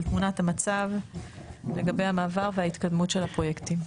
על תמונת המצב לגבי המעבר וההתקדמות של הפרויקטים.